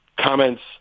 comments